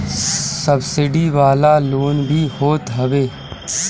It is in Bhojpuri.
सब्सिडी वाला लोन भी होत हवे